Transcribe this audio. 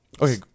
Okay